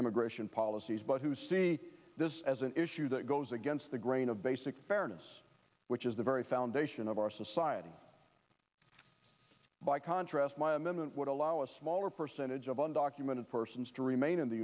immigration policies but who see this as an issue that goes against the grain of basic fairness which is the very foundation of our society by contrast my amendment would allow a smaller percentage of undocumented persons to remain in the